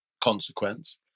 consequence